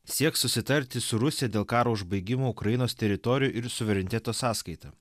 sieks susitarti su rusija dėl karo užbaigimo ukrainos teritorijų ir suvereniteto sąskaita